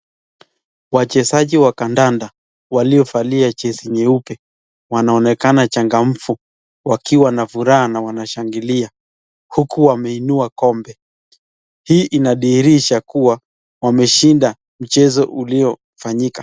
Wachezaji wa kandanda waliovalia jezi nyeupe wanaonekana changamfu wakiwa na furaha na wanashangilia huku wameinua kombe. Hii inadhihirisha kuwa wameshinda mchezo uliofanyika.